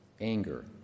anger